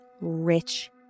rich